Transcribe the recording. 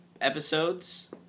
episodes